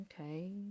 okay